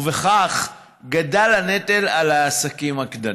ובכך גדל הנטל על העסקים הקטנים.